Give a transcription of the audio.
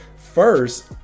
first